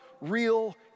real